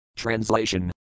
Translation